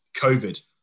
COVID